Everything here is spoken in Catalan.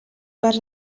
per